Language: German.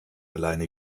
alleine